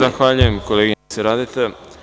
Zahvaljujem koleginice Radeta.